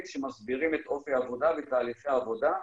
שמסבירים את אופי העבודה ותהליכי העבודה,